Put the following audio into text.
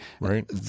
Right